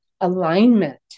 alignment